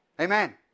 Amen